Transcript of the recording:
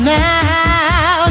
now